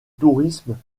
tourisme